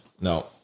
No